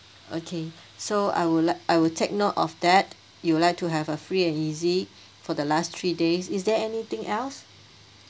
okay so I'll I'll take note of that you'll like to have a free and easy for the last three days is there anything else